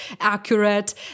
accurate